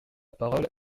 parole